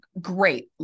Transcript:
great